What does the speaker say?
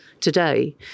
today